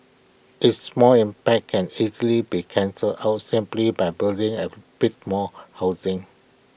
its small impact can easily be cancelled out simply by building A bit more housing